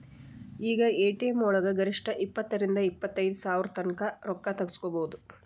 ಈಗ ಎ.ಟಿ.ಎಂ ವಳಗ ಗರಿಷ್ಠ ಇಪ್ಪತ್ತರಿಂದಾ ಇಪ್ಪತೈದ್ ಸಾವ್ರತಂಕಾ ರೊಕ್ಕಾ ತಗ್ಸ್ಕೊಬೊದು